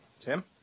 Tim